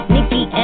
Nikki